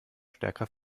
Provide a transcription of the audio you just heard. stärker